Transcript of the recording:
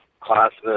Classes